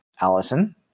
Allison